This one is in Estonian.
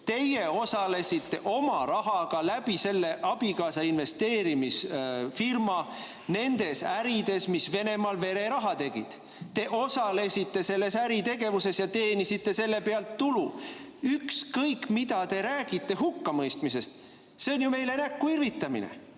Teie osalesite oma rahaga abikaasa investeerimisfirma kaudu nendes ärides, mis Venemaal vereraha tegid. Te osalesite selles äritegevuses ja teenisite selle pealt tulu. Ükskõik, mida te räägite hukkamõistmisest, see on ju meile näkku irvitamine.